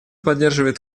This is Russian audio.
поддерживает